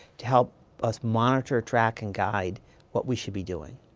to help us monitor, track, and guide what we should be doing?